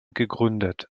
gegründet